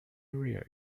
area